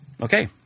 Okay